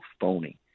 phony